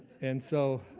and so